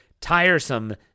tiresome